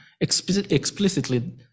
explicitly